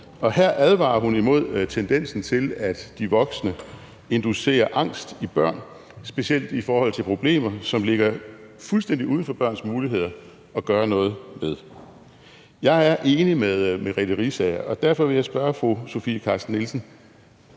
og her advarer hun imod tendensen til, at de voksne inducerer angst i børn specielt i forhold til problemer, som ligger fuldstændig uden for børns muligheder at gøre noget ved. Jeg er enig med fru Merete Riisager, og derfor vil jeg spørge fru Sofie Carsten Nielsen,